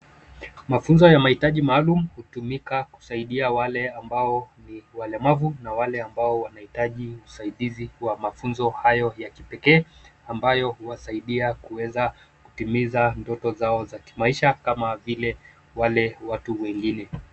Mafunzo ya mahitaji maalum hutumika kusaidia wale ambao ni walemavu na wale ambao wanahitaji usaidizi kwa mafunzo hayo ya kipekee, ambayo huwasaidia kuweza kutimiza ndoto zao za kimaisha kama vile wale watu wengine.